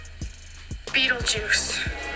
Beetlejuice